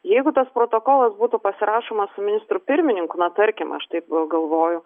jeigu tas protokolas būtų pasirašomas su ministru pirmininku na tarkim aš taip galvoju